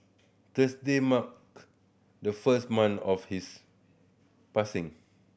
Thursday marked the first month of his passing